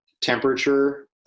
temperature